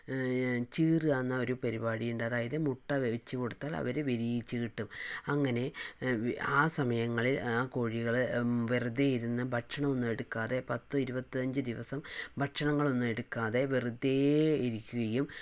ചീറുകാന്നൊരു പരിപാടിയുണ്ട് അതായത് അതില് മുട്ട വച്ച് കൊടുത്താൽ അവര് വിരിയിച്ച് കിട്ടും അങ്ങനെ ആ സമയങ്ങളിൽ ആ കോഴികള് വെറുതെ ഇരുന്ന് ഭക്ഷണം ഒന്നും എടുക്കാതെ പത്ത് ഇരുപത്തഞ്ച് ദിവസം ഭക്ഷണങ്ങളൊന്നും എടുക്കാതെ വെറുതേ ഇരിക്കുകയും